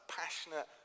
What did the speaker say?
passionate